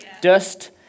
Dust